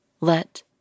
let